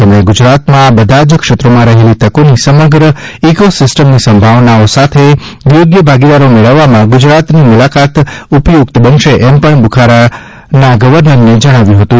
તેમણે ગુજરાતમાં આ બધા જ ક્ષેત્રોમાં રહેલી તકોની સમગ્ર ઇકોસિસ્ટમની સંભાવનાઓ સાથે થોગ્ય ભાગીદારો મેળવવામાં ગુજરાતની મૂલાકાત ઉપયુકત બનશે એમ પણ બૂખારા ગર્વનર શ્રીને જણાવ્યું હતું